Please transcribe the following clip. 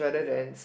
yeah